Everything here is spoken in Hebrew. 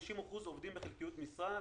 עובדות בחלקיות משרה.